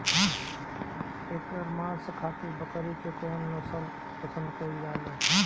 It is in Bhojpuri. एकर मांस खातिर बकरी के कौन नस्ल पसंद कईल जाले?